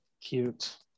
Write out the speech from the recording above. Cute